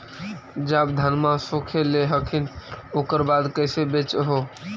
जब धनमा सुख ले हखिन उकर बाद कैसे बेच हो?